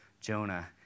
Jonah